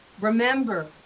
remember